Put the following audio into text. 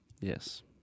Yes